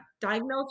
diagnose